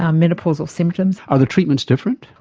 um menopausal symptoms. are the treatments different?